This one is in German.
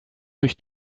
durch